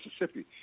Mississippi